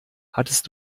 hattest